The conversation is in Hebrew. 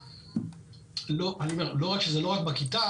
לא רק שזה לא רק בכיתה,